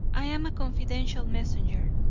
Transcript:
i am a confidential messenger,